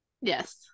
Yes